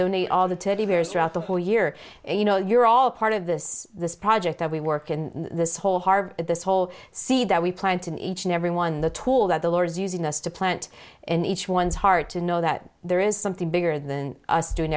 donate all the teddy bears throughout the whole year and you know you're all part of this this project that we work in this whole hard at this whole see that we plant in each and every one the tool that the lord is using us to plant and each one's heart to know that there is something bigger